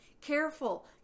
Careful